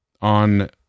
on